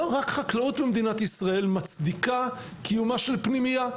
לא רק חקלאות במדינת ישראל מצדיקה קיומה של פנימייה.